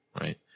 right